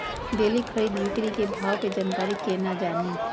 Daily खरीद बिक्री के भाव के जानकारी केना जानी?